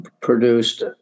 produced